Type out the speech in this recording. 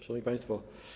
Szanowni Państwo!